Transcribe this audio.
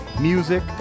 music